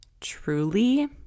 truly